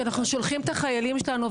שאנחנו שולחים את החיילים שלנו,